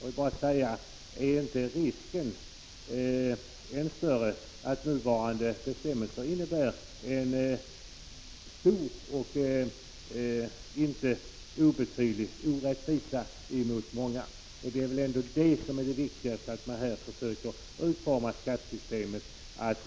Jag vill bara fråga om det inte är en större brist att de nuvarande bestämmelserna innebär en icke obetydlig orättvisa mot många? Det är väl ändå viktigast att man utformar skattesystemet så, att